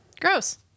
Gross